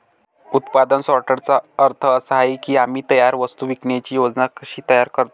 उत्पादन सॉर्टर्सचा अर्थ असा आहे की आम्ही तयार वस्तू विकण्याची योजना कशी तयार करतो